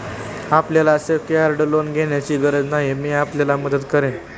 आपल्याला secured loan घेण्याची गरज नाही, मी आपल्याला मदत करेन